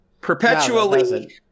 Perpetually